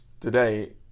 today